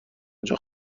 آنجا